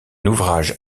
ouvrage